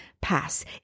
pass